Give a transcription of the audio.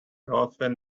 often